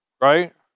right